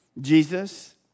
Jesus